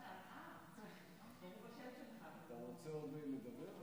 זה לא יצא במדפסת פשוט, אבל נדבר מהלב.